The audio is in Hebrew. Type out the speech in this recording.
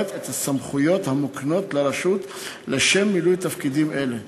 את הסמכויות המוקנות לרשות לשם מילוי תפקידים אלה.